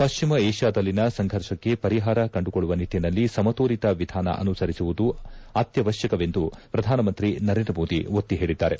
ಪಶ್ಚಿಮ ಏಷ್ಯಾದಲ್ಲಿನ ಸಂಘರ್ಷಕ್ಕೆ ಪರಿಹಾರ ಕಂಡುಕೊಳ್ಳುವ ನಿಟ್ಟನಲ್ಲಿ ಸಮತೋಲಿತ ವಿಧಾನ ಅನುಸರಿಸುವುದು ಅತ್ಯವಶ್ಯಕವೆಂದು ಪ್ರಧಾನಮಂತ್ರಿ ನರೇಂದ್ರ ಮೋದಿ ಒತ್ತಿ ಹೇಳಿದ್ದಾರೆ